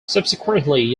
subsequently